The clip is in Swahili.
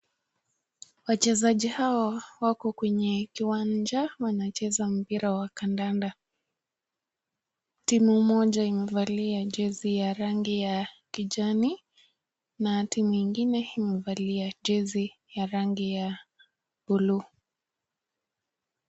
Wachezaji hawa wako kwenye kiwanja wanacheza mpira wa kandanda. Timu moja imevalia jezi ya rangi ya kijani na timu ingine imevalia jezi ya rangi ya buluu .